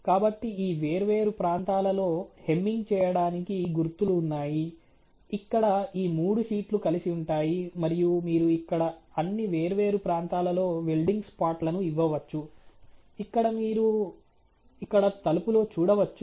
కాబట్టి ఈ వేర్వేరు ప్రాంతాలలో హెమ్మింగ్ చేయడానికి గుర్తులు ఉన్నాయి ఇక్కడ ఈ మూడు షీట్లు కలిసి ఉంటాయి మరియు మీరు ఇక్కడ అన్ని వేర్వేరు ప్రాంతాలలో వెల్డింగ్ స్పాట్లను ఇవ్వవచ్చు ఇక్కడ మీరు ఇక్కడ తలుపులో చూడవచ్చు